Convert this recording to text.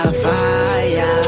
fire